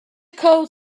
code